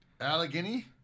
Allegheny